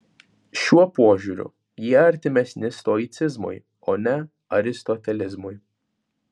šiuo požiūriu jie artimesni stoicizmui o ne aristotelizmui